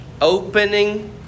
Opening